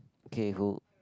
okay who